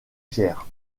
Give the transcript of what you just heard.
pierre